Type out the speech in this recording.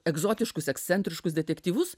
egzotiškus ekscentriškus detektyvus